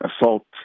assault